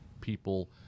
people